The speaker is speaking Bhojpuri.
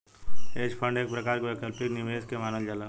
हेज फंड एक प्रकार के वैकल्पिक निवेश के मानल जाला